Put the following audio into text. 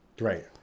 Right